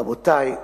רבותי,